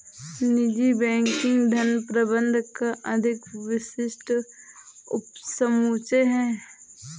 निजी बैंकिंग धन प्रबंधन का अधिक विशिष्ट उपसमुच्चय है